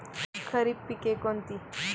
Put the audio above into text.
खरीप पिके कोणती?